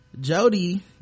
jody